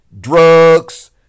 drugs